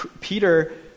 Peter